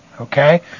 okay